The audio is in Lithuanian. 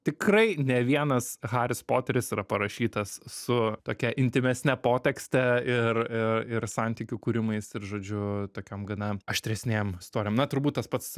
tikrai ne vienas haris poteris yra parašytas su tokia intymesne potekste ir ir ir santykių kūrimais ir žodžiu tokiom gana aštresnėm istorijom na turbūt tas pats